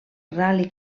ral·li